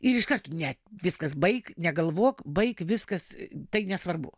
ir iškart ne viskas baik negalvok baik viskas tai nesvarbu